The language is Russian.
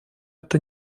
это